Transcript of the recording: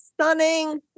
Stunning